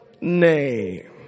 name